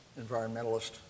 environmentalist